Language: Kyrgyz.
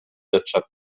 жатышат